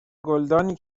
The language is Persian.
گلدانی